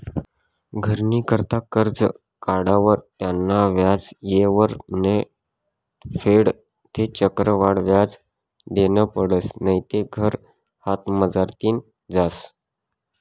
घरनी करता करजं काढावर त्यानं व्याज येयवर नै फेडं ते चक्रवाढ व्याज देनं पडसं नैते घर हातमझारतीन जास